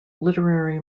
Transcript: literary